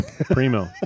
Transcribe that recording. primo